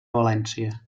valència